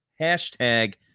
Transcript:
hashtag